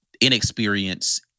inexperience